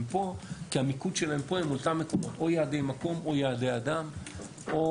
הם פה כי המיקוד שלהם פה זה אותם מקומות או יעדי מקום או יעדי אדם או